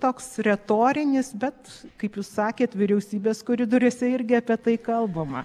toks retorinis bet kaip jūs sakėt vyriausybės koridoriuose irgi apie tai kalbama